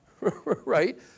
Right